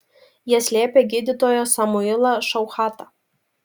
jie slėpė gydytoją samuilą šauchatą